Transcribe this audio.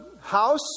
House